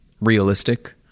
realistic